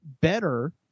better